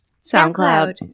SoundCloud